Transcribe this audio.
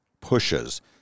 pushes